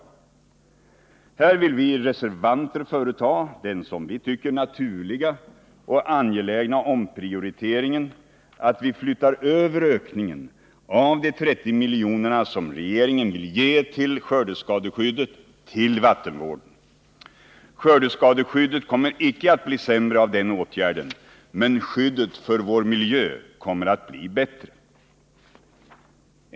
Här vill vi reservanter företa den, som vi tycker, naturliga och angelägna omprioriteringen att flytta över de 30 miljoner som regeringen vill ge till skördeskadeskyddet till vattenvården. Skördeskadeskyddet kommer icke att bli sämre av den åtgärden, men skyddet för vår miljö kommer att bli bättre.